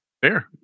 fair